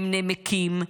הם נמקים,